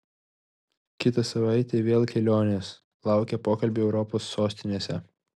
kitą savaitę vėl kelionės laukia pokalbiai europos sostinėse